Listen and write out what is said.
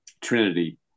Trinity